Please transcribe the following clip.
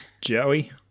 Joey